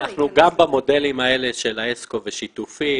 גם במודלים האלה של ה-אסקו ושיתופים,